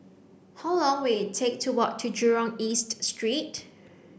how long will take to walk to Jurong East Street